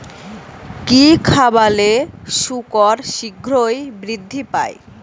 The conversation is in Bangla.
কি খাবালে শুকর শিঘ্রই বৃদ্ধি পায়?